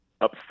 up